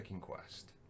quest